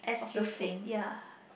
of the food ya